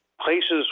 places